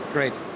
Great